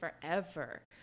forever